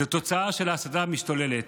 זו תוצאה של ההסתה המשתוללת.